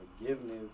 forgiveness